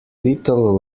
little